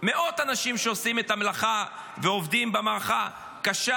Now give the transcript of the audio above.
מאות אנשים שעושים את המלאכה ועובדים במערכה קשה,